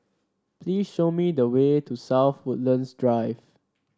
please show me the way to South Woodlands Drive